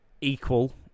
equal